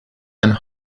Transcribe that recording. and